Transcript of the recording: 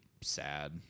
sad